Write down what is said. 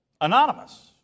anonymous